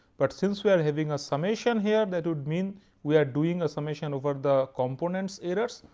but since we are having a summation here that would mean we are doing a summation over the components errors.